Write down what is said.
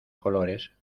colores